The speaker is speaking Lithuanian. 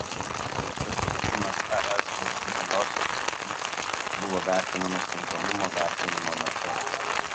projektų atitikimas es horizontaliosioms sritims buvo vertinamas tinkamumo vertinimo metu